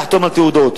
לחתום על תעודות.